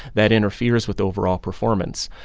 that interferes with overall performance.